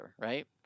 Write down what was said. right